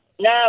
No